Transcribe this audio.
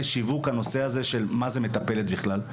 שיווק הנושא הזה של מה זה מטפלת בכלל.